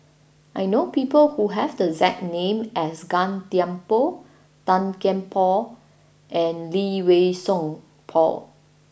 I know people who have the exact name as Gan Thiam Poh Tan Kian Por and Lee Wei Song Paul